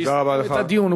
שיסיים את הדיון.